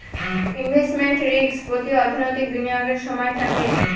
investment risk প্রতি অর্থনৈতিক বিনিয়োগের সময় থাকে